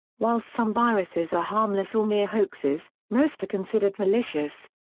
while some viruses are harmless or mere hoaxes, most are considered malicious.